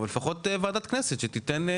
אבל לפחות ועדת כנסת שתיתן אישור.